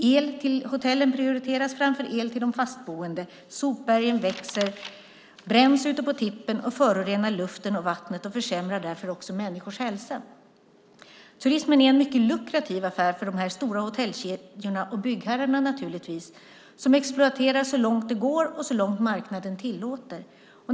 El till hotellen prioriteras framför el till de fastboende. Sopbergen växer, bränns ute på tippen och förorenar luft och vatten och försämrar därmed också människors hälsa. Turismen är en mycket lukrativ affär för de stora hotellkedjorna och byggherrarna som exploaterar så långt det går och så långt marknaden tillåter.